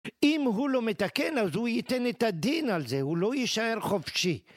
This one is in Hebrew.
אם הוא לא מתקן, אז הוא ייתן את הדין על זה, הוא לא יישאר חופשי.